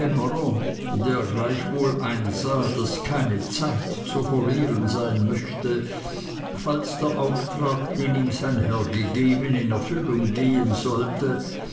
der gleichwohl einsah daß keine zeit zu verlieren sein möchte falls der auftrag den ihm sein herr gegeben in erfüllung gehen sollte